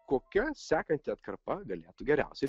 kokia sekanti atkarpa galėtų geriausiai